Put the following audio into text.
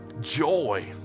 joy